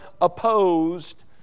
opposed